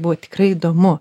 buvo tikrai įdomu